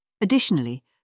Additionally